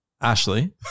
Ashley